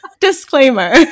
Disclaimer